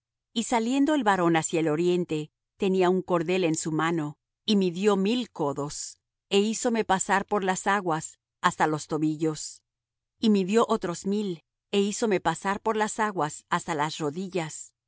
y saliendo el varón hacia el oriente tenía un cordel en su mano y midió mil codos é hízome pasar por las aguas hasta los tobillos y midió otros mil é hízome pasar por las aguas hasta las rodillas